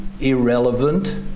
irrelevant